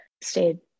stayed